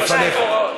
לפניך.